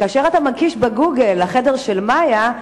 כאשר אתה מקיש ב"גוגל" "החדר של מאיה",